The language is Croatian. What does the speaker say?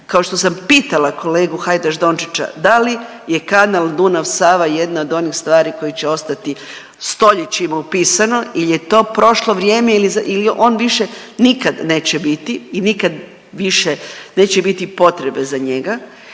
kao što sam pitala Hajdaš Dončića da li je Kanal Dunav-Sava jedna od onih stvari koja će ostati stoljećima upisano ili je to prošlo vrijeme ili on više nikad neće biti i nikad više neće biti potrebe za njega,